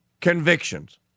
convictions